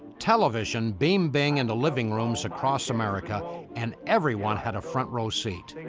television beamed bing into living rooms across america and everyone had a front row seat.